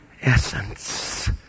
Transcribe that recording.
essence